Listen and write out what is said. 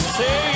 say